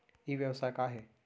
ई व्यवसाय का हे?